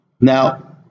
Now